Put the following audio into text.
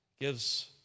gives